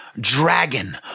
Dragon